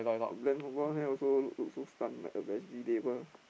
the bland the blonde hair also look look so stunned like a vegetable